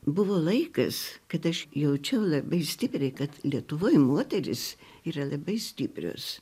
buvo laikas kad aš jaučiau labai stipriai kad lietuvoj moterys yra labai stiprios